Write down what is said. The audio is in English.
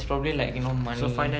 that's probably like you know money